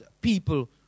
people